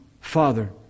father